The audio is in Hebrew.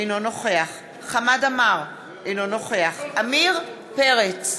אינו נוכח חמד עמאר, אינו נוכח עמיר פרץ,